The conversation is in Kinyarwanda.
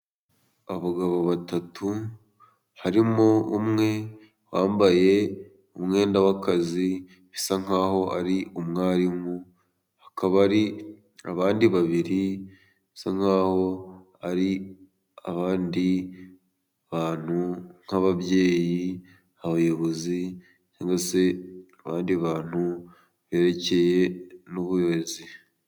Abagabo batatu, harimo umwe wambaye umwenda w'akazi, bisa nkaho ari umwarimu, hakaba hari abandi babiri bisa nkaho ari abandi bantu nk'ababyeyi, abayobozi cyangwa se abandi bantu berekeye n'ubuyobozi.